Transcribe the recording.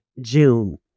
June